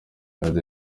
yagize